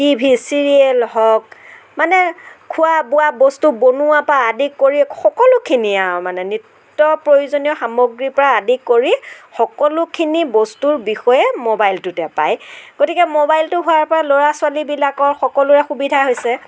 T V serial হওক মানে খোৱা বোৱা বস্তু বনোৱা পৰা আদি কৰি সকলোখিনিয়ে আৰু মানে নিত্য় প্ৰয়োজনীয় সামগ্ৰীৰ পৰা আদি কৰি সকলোখিনি বস্তুৰ বিষয়ে মোবাইলটোতে পাই গতিকে মোবাইলটো হোৱাৰ পৰা ল'ৰা ছোৱালীবিলাকৰ সকলোৰে সুবিধা হৈছে